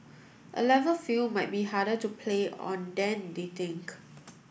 a level field might be harder to play on than they think